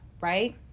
right